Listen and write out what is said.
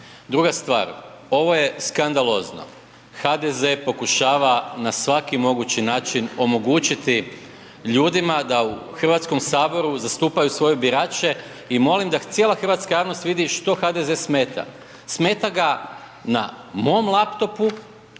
Druga stvar, ovo je skandalozno, HDZ pokušava na svaki mogući način omogućiti ljudima da u HS zastupaju svoje birače i molim da cijela hrvatska javnost vidi što HDZ smeta. Smeta ga na mom laptopu